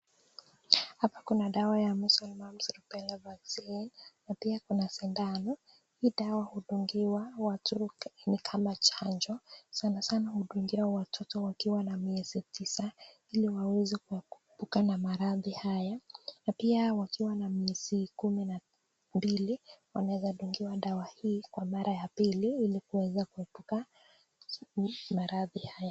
Hapa kuna dawa ya Measles, Mumps, Rubela vaccine na pia kuna sindano. Hii dawa hudungiwa watu ni kama chanjo sanasana hudungiwa watoto wakiwa na miezi tisa ili waweze kuepuka na maradhi haya na pia wakiwa na miezi kumi na mbili wanaweza kudungiwa dawa hii kwa mara ya pili ili kuweza kuepuka maradhi haya.